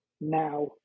now